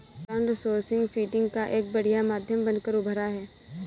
crowdsourcing funding का एक बढ़िया माध्यम बनकर उभरा है